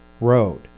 Road